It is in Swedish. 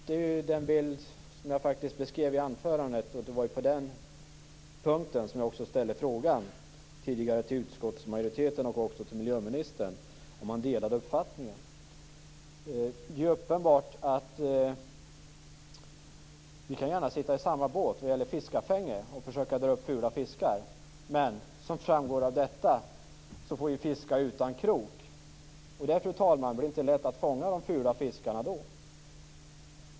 Det är den bild som jag faktiskt beskrev i mitt anförande, och det var på den punkten som jag också ställde frågan tidigare till utskottsmajoriteten och till miljöministern om de delade den uppfattningen. Vi kan gärna sitta i samma båt när det gäller fiskafänge och försöka dra upp fula fiskar. Men som det framgår av detta får vi fiska utan krok. Då blir det inte, fru talman, lätt att fånga upp de fula fiskarna.